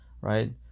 right